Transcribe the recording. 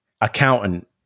accountant